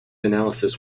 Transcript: analysis